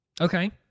Okay